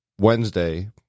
Wednesday